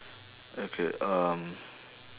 okay um